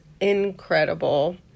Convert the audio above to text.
incredible